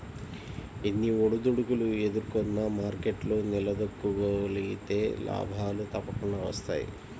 ఎన్ని ఒడిదుడుకులు ఎదుర్కొన్నా మార్కెట్లో నిలదొక్కుకోగలిగితే లాభాలు తప్పకుండా వస్తాయి